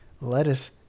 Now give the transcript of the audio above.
lettuce